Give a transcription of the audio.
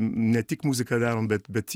ne tik muziką darom bet bet